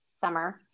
summer